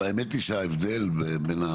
אבל האמת היא שההבדל בין,